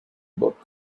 book